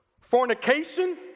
fornication